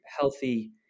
healthy